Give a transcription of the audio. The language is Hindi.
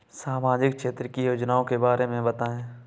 सामाजिक क्षेत्र की योजनाओं के बारे में बताएँ?